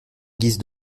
guise